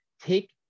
take